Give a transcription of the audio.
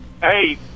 hey